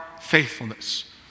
faithfulness